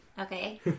Okay